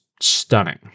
Stunning